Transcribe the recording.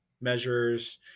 measures